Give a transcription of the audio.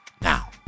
Now